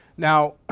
now,